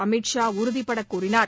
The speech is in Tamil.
அமித் ஷா உறுதிபடக் கூறினார்